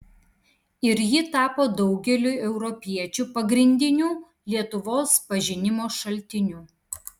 ir ji tapo daugeliui europiečių pagrindiniu lietuvos pažinimo šaltiniu